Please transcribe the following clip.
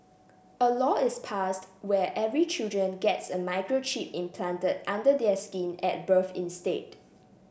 a law is passed where every children gets a microchip implanted under their skin at birth instead